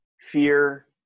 fear